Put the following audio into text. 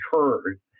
heard